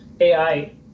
AI